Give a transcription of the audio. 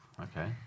Okay